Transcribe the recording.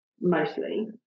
mostly